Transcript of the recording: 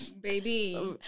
baby